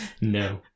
No